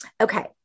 Okay